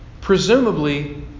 Presumably